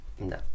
no